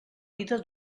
vida